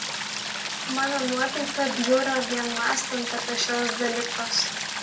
mano nuotaika bjuro vien mąstant apie šiuos dalykus